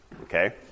okay